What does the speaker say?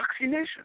vaccination